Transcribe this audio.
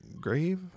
grave